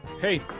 Hey